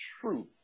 truth